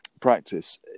practice